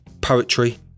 poetry